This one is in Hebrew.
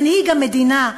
מנהיג המדינה,